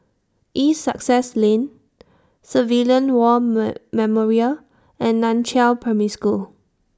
East Sussex Lane Civilian War Memorial and NAN Chiau Primary School